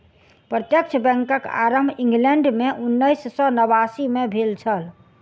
प्रत्यक्ष बैंकक आरम्भ इंग्लैंड मे उन्नैस सौ नवासी मे भेल छल